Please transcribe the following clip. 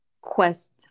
quest